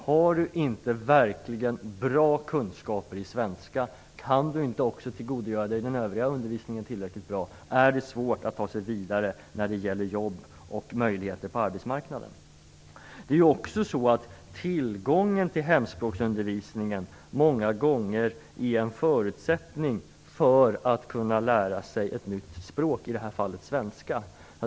Om man inte har verkligt goda kunskaper i svenska kan man inte heller tillgodogöra sig den övriga undervisningen tillräckligt bra, och då är det svårt att ta sig vidare till jobb och möjligheter på arbetsmarknaden. Tillgången till hemspråksundervisning är många gånger en förutsättning för att man skall kunna lära sig ett nytt språk - i det här fallet svenska.